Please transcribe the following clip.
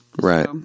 right